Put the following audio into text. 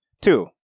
Two